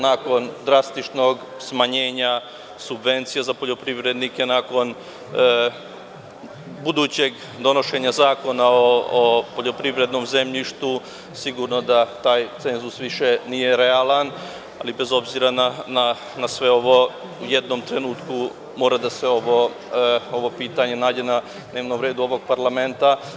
Nakon drastičnog smanjenja subvencija za poljoprivrednike, nakon budućeg donošenja zakona o poljoprivrednom zemljištu, sigurno da taj cenzus više nije realan, ali bez obzira na sve ovo u jednom trenutku mora da se ovo pitanje nađe na dnevnom redu ovog parlamenta.